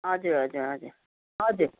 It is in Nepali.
हजुर हजुर हजुर हजुर